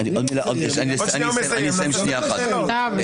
עוד שנייה הוא מסיים, נעשה סבב שאלות.